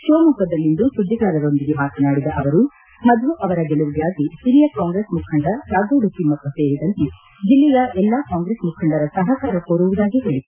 ಶಿವಮೊಗ್ಗದಲ್ಲಿಂದು ಸುದ್ದಿಗಾರರೊಂದಿಗೆ ಮಾತನಾಡಿದ ಅವರು ಮಧು ಅವರ ಗೆಲುವಿಗಾಗಿ ಹಿರಿಯ ಕಾಂಗ್ರೆಸ್ ಮುಖಂಡ ಕಾಗೋಡು ತಿಮ್ನಪ್ಪ ಸೇರಿದಂತೆ ಜಿಲ್ಲೆಯ ಎಲ್ಲಾ ಕಾಂಗ್ರೆಸ್ ಮುಖಂಡರ ಸಹಕಾರ ಕೋರುವುದಾಗಿ ಹೇಳಿದರು